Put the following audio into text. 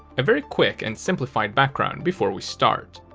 a very quick and simplified background before we start.